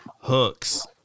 hooks